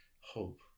hope